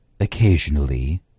Occasionally